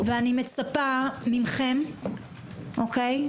ואני מצפה מכם, אוקיי?